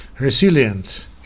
resilient